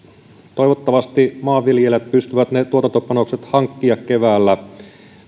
toivottavasti maanviljelijät pystyvät ne tuotantopanokset hankkimaan keväällä